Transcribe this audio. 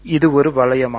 இது ஒரு வளையமா